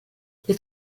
les